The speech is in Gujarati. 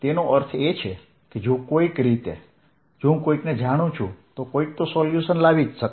તેનો અર્થ એ છે કે જો કોઈક રીતે જો હું કોઈને જાણું છું તો કોઈક તો સોલ્યુશન લાવી શકે